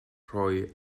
rhoi